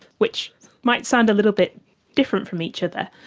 which might sound a little bit different from each other,